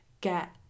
get